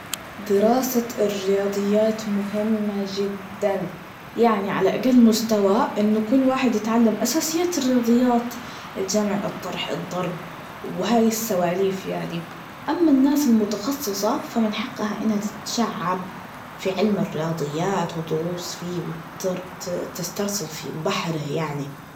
دراسة الرياضيات مهمة جداً, يعني على أقل مستوى إن كل واحد يتعلم أساسيات الرياضيات, الجمع, الطرح, الضرب, وهاي السواليف يعني, أما الناس المتخصصة, فمن حقها إنها تتشعب في علم الرياضيات, وتغوص فيه وترت- تسترسل في بحره يعني.